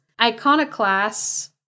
iconoclasts